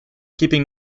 keeping